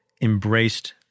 embraced